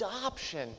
adoption